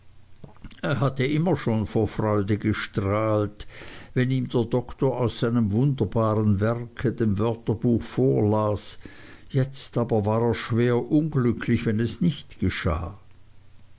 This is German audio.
er hatte immer schon vor freude gestrahlt wenn ihm der doktor aus seinem wunderbaren werke dem wörterbuch vorlas jetzt aber war er schwer unglücklich wenn es nicht geschah